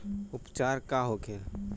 उपचार का होखे?